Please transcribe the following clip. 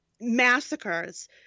massacres